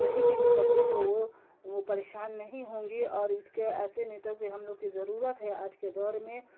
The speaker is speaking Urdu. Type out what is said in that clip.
کہیں کے بھی پبلک ہو وہ وہ پریشان نہیں ہوں گی اور اس کے ایسے نیتوں کہ ہم لوگ کی ضرورت ہے آج کے دور میں